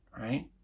Right